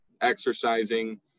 exercising